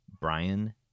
Brian